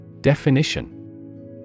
DEFINITION